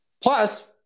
Plus